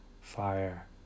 fire